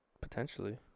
Potentially